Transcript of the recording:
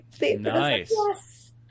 Nice